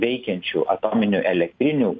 veikiančių atominių elektrinių